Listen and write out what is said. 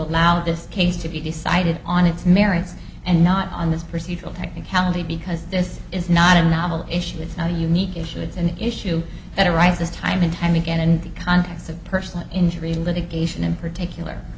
allow this case to be decided on its merits and not on this procedural technicality because this is not a novel issue it's not a unique issue it's an issue that arises time and time again in the context of personal injury litigation in